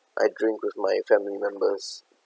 I drink with my family members